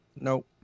nope